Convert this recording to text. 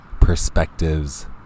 perspectives